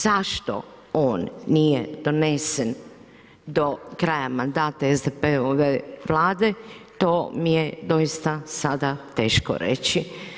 Zašto on nije donesen do kraja mandata SDP-ove vlade, to mi je doista sada teško reći.